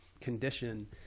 condition